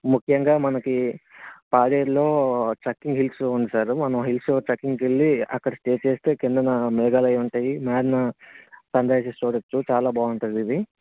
ముఖ్యంగా మనకి పాడేరులో ట్రకింగ్ హిల్స్ ఉంది సార్ మనం హిల్స్ ట్రకింగ్కి వెళ్లి అక్కడ స్టే చేస్తే కిందనా మేఘాలు అవి ఉంటాయి మేఘాన సన్ రైసెస్ చూడవచ్చు చాలా బాగుంటుంది ఇది